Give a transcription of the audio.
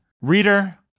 reader